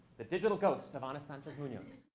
the digital ghost of ana sanchez-munoz.